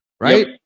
right